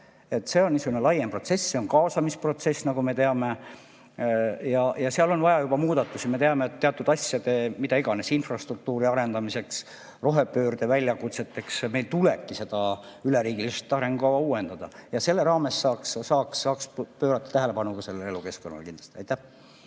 See on niisugune laiem protsess, see on kaasamisprotsess, nagu me teame, ja seal on vaja juba muudatusi. Me teame, et teatud asjadeks, mida iganes, kas või infrastruktuuri arendamiseks, rohepöörde väljakutseteks meil tulebki seda üleriigilist arengukava uuendada. Selle raames saaks pöörata tähelepanu ka sellele elukeskkonnale, kindlasti. Tänan